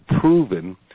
proven